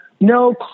no